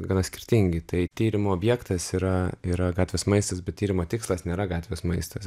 gana skirtingi tai tyrimo objektas yra yra gatvės maistas bet tyrimo tikslas nėra gatvės maistas